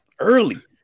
early